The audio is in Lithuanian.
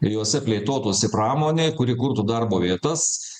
jose plėtotųsi pramonė kuri kurtų darbo vietas